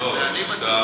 יכול להיות שטעיתי.